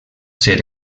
ser